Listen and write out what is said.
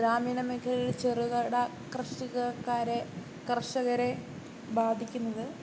ഗ്രാമീണ മേഖലയിൽ ചെറുകിട കർഷകരെ കർഷകരെ ബാധിക്കുന്നത്